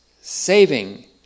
saving